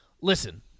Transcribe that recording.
Listen